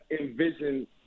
envision